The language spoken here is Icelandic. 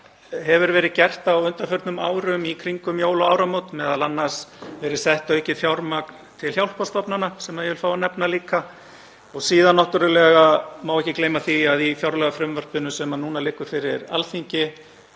fleira verið gert á undanförnum árum í kringum jól og áramót. Meðal annars hefur verið sett aukið fjármagn til hjálparstofnana sem ég vil líka fá að nefna og síðan má ekki gleyma því að í fjárlagafrumvarpinu sem nú liggur fyrir Alþingi